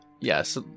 yes